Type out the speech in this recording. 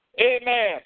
amen